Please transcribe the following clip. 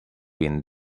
been